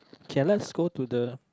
K let's go to the